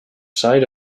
sight